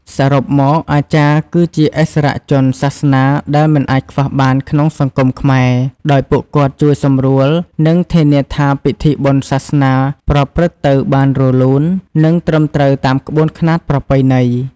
សរុបមក អាចារ្យគឺជាឥស្សរជនសាសនាដែលមិនអាចខ្វះបានក្នុងសង្គមខ្មែរ ដោយពួកគាត់ជួយសម្រួល និងធានាថាពិធីបុណ្យសាសនាប្រព្រឹត្តទៅបានរលូន និងត្រឹមត្រូវតាមក្បួនខ្នាតប្រពៃណី។